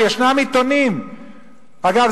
וישנם עיתונים,- אגב,